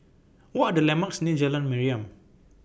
What Are The landmarks near Jalan Mariam